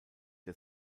der